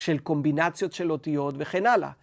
של קומבינציות של אותיות וכן הלאה.